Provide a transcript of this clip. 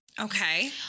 Okay